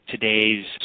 today's